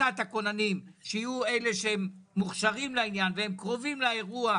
שהזנקת הכוננים תהיה של אלה שמוכשרים לעניין וקרובים לאירוע,